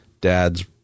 Dad's